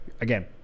Again